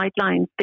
guidelines